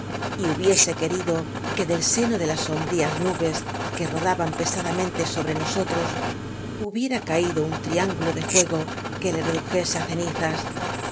y hubiese que rido que del seno de las sombrías nubes que ro daban pesadamente sobre nosotros hubiera caí do uu iríádgalo do fuego que e redujese á co